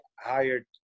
hired